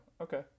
Okay